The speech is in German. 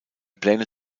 pläne